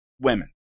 women